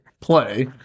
play